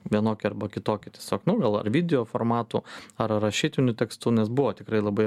vienokį arba kitokį tiesiog nu gal ar video formatu ar rašytiniu tekstu nes buvo tikrai labai